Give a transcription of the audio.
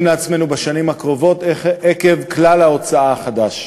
בעצמנו בשירותים האזרחיים האלה עקב כלל ההוצאה החדש.